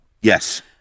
Yes